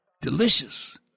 delicious